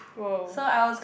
!woah!